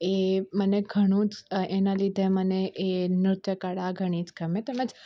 એ મને ઘણું જ એના લીધે મને એ નૃત્ય કળા ઘણી જ ગમે તેમજ